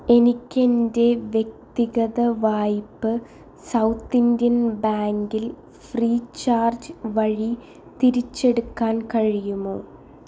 എനിക്ക് എൻ്റെ വ്യക്തിഗത വായ്പ സൗത്ത് ഇൻഡ്യൻ ബാങ്കിൽ ഫ്രീ ചാർജ് വഴി തിരിച്ചടയ്ക്കാൻ കഴിയുമോ